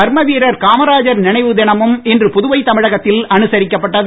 கர்மவீரர் கமாராஜர் நினைவுதினமும் இன்று புதுவை தமிழகத்தில் அனுசரிக்கப்பட்டது